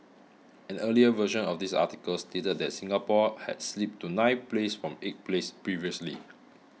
an earlier version of this article stated that Singapore had slipped to ninth place from eighth place previously